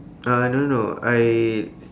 uh no no I